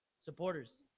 supporters